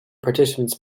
participants